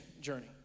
journey